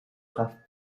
have